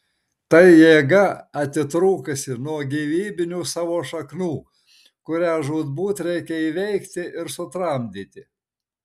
tai jėga atitrūkusi nuo gyvybinių savo šaknų kurią žūtbūt reikia įveikti ir sutramdyti